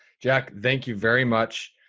jack, thank you very much.